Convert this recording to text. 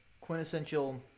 Quintessential